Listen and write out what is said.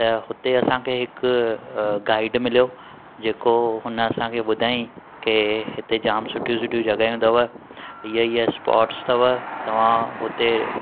त हुते असांखे हिकु गाइड मिलो जेको हुन असांखे ॿुधायईं की हिते जामु सुठियूं सुठियूं जॻहियूं अथव हीअ हीअ स्पॉटस अथव तव्हां हुते